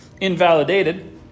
invalidated